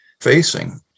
facing